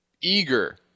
eager